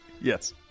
Yes